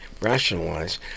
rationalize